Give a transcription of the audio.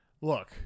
look